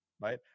Right